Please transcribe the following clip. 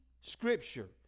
scripture